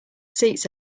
seats